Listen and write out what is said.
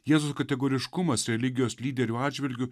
jėzus kategoriškumas religijos lyderių atžvilgiu